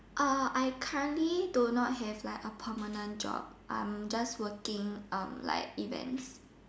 uh I currently do not have like a permanent job I am just working um like events